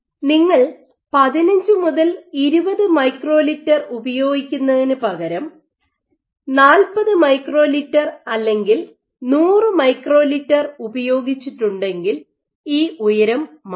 നിങ്ങൾ 15 മുതൽ 20 മൈക്രോലിറ്റർ ഉപയോഗിക്കുന്നതിന് പകരം 40 മൈക്രോലിറ്റർ അല്ലെങ്കിൽ 100 മൈക്രോലിറ്റർ ഉപയോഗിച്ചിട്ടുണ്ടെങ്കിൽ ഈ ഉയരം മാറും